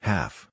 Half